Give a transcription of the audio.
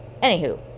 Anywho